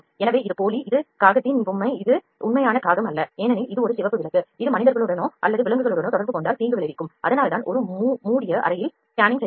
எனவே இது போலி இது காகத்தின் பொம்மை இது உண்மையான காகம் அல்ல ஏனெனில் இது ஒரு சிவப்பு விளக்கு இது மனிதர்களுடனோ அல்லது விலங்குகளுடனோ தொடர்பு கொண்டால் தீங்கு விளைவிக்கும் அதனால்தான் ஒரு மூடிய அறையில் ஸ்கேனிங் செய்யப்படுகிறது